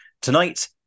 Tonight